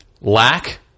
lack